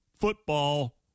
football